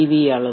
we அளவு